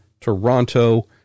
Toronto